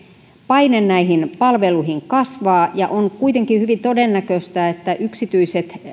paine näihin palveluihin kasvaa ja on kuitenkin hyvin todennäköistä että yksityiset